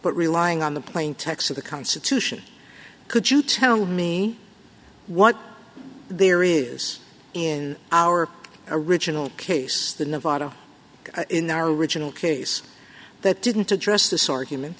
but relying on the plain text of the constitution could you tell me what there is in our original case the nevada in the original case that didn't address this argument